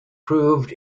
proved